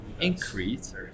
increase